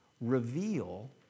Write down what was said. reveal